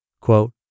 Quote